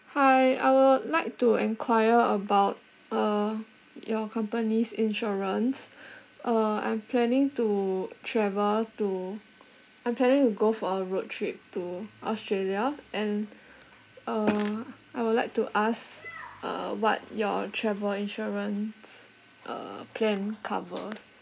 hi I would like to enquire about uh your company's insurance uh I'm planning to travel to I'm planning to go for a road trip to australia and uh I would like to ask uh what your travel insurance uh plan covers